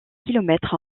kilomètres